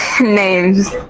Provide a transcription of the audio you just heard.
Names